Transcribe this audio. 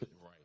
Right